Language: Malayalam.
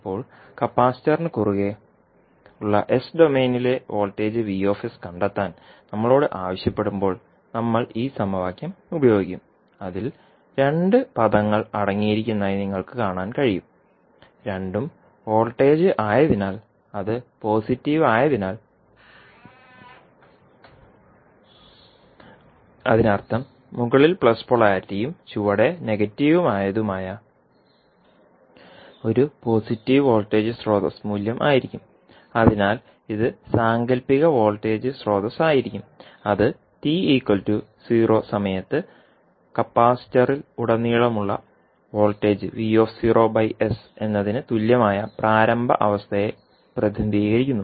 ഇപ്പോൾ കപ്പാസിറ്റന് കുറുകെ ഉള്ള എസ് ഡൊമെയ്നിലെ വോൾട്ടേജ് V കണ്ടെത്താൻ നമ്മളോട് ആവശ്യപ്പെടുമ്പോൾ നമ്മൾ ഈ സമവാക്യം ഉപയോഗിക്കും അതിൽ രണ്ട് പദങ്ങൾ അടങ്ങിയിരിക്കുന്നതായി നിങ്ങൾക്ക് കാണാൻ കഴിയും രണ്ടും വോൾട്ടേജ് ആയതിനാൽ അത് പോസിറ്റീവ് ആയതിനാൽ അതിനർത്ഥം മുകളിൽ പ്ലസ് പോളാരിറ്റിയും ചുവടെ നെഗറ്റീവും ആയതുമായ ഒരു പോസിറ്റീവ് വോൾട്ടേജ് സ്രോതസ്സ് മൂല്യം ആയിരിക്കും അതിനാൽ ഇത് സാങ്കൽപ്പിക വോൾട്ടേജ് സ്രോതസ്സ് ആയിരിക്കും അത് t0 സമയത്ത് കപ്പാസിറ്ററിലുടനീളമുള്ള വോൾട്ടേജ് Vs എന്നതിന് തുല്യമായ പ്രാരംഭ അവസ്ഥയെ പ്രതിനിധീകരിക്കുന്നു